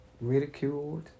ridiculed